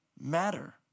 matter